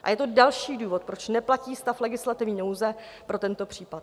A je to další důvod, proč neplatí stav legislativní nouze pro tento případ.